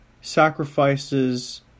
sacrifices